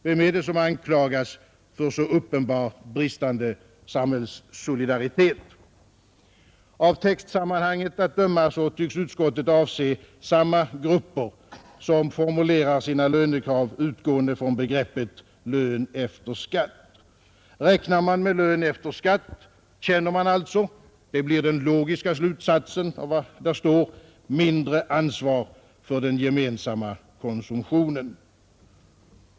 Vem är det som anklagas för så uppenbart bristande samhällssolidaritet? Av textsammanhanget att döma tycks utskottet avse samma grupper som formulerar sina lönekrav utgående från begreppet lön efter skatt. Räknar man med lön efter skatt känner man alltså — det blir den logiska slutsatsen av vad där står — mindre ansvar för den gemensamma konsumtionen.